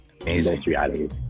amazing